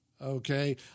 Okay